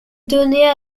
donnée